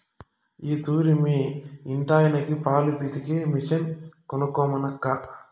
ఈ తూరి మీ ఇంటాయనకి పాలు పితికే మిషన్ కొనమనక్కా